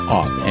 off